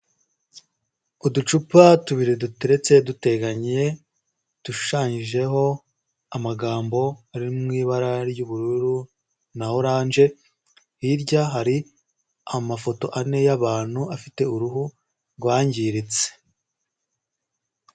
Uducupa tubiri duteretse duteganye, dushushanyijeho amagambo ari mu ibara ry'ubururu, na oranje hirya hari amafoto ane y'abantu afite uruhu rwangiritse.